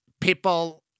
people